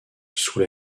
sous